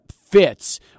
fits